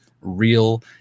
real